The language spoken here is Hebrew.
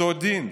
אותו דין,